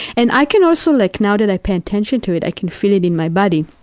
and i can also like, now that i pay attention to it, i can feel it in my body.